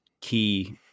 key